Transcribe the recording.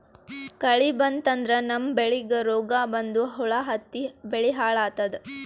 ಕಳಿ ಬಂತಂದ್ರ ನಮ್ಮ್ ಬೆಳಿಗ್ ರೋಗ್ ಬಂದು ಹುಳಾ ಹತ್ತಿ ಬೆಳಿ ಹಾಳಾತದ್